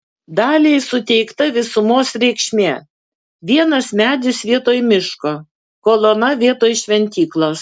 daliai suteikta visumos reikšmė vienas medis vietoj miško kolona vietoj šventyklos